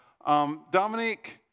Dominique